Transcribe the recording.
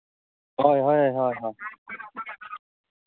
ᱦᱳᱭ ᱦᱳᱭ ᱦᱳᱭ